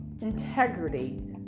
integrity